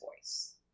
voice